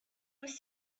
was